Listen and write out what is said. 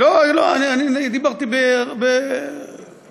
לא, אני דיברתי בניחותא.